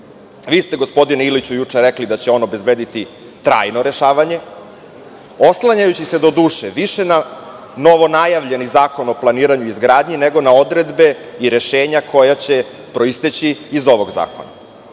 Vi ste, gospodine Iliću, juče rekli da će ono obezbediti trajno rešavanje, oslanjajući se, doduše, više na novonajavljeni zakon o planiranju i izgradnji nego na odredbe i rešenja koja će proisteći iz ovog